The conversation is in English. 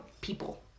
people